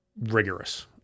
rigorous